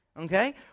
Okay